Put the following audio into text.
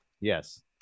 Yes